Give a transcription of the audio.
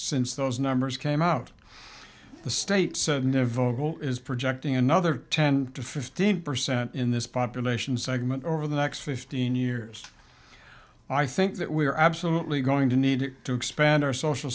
since those numbers came out the states and the vocal is projecting another ten to fifteen percent in this population segment over the next fifteen years i think that we are absolutely going to need to expand our social